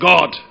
God